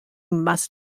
must